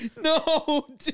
No